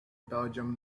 belgium